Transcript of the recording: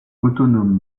autonome